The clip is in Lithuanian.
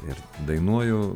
ir dainuoju